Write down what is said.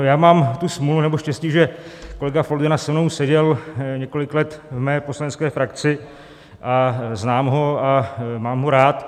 Já mám tu smůlu, nebo štěstí, že kolega Foldyna se mnou seděl několik let v mé poslanecké frakci a znám ho a mám ho rád.